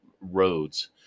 roads